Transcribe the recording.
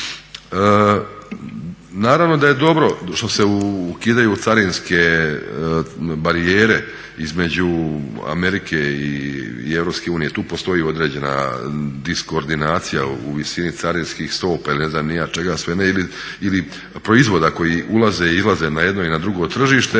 Naravno da je dobro što se ukidaju carinske barijere između Amerike i Europske unije, tu postoji određena diskordinacija u visini carinskih stopa ili ne znam ni ja čega sve ne ili proizvoda koji ulaze i izlaze na jedno i na drugo tržište